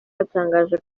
yatangaje